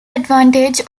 advantage